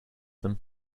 them